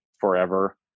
forever